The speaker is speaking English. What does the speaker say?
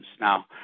Now